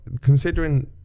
considering